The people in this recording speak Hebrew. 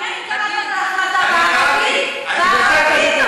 מעניין אם קראת את ההחלטה בערבית או בעברית.